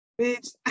Bitch